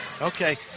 Okay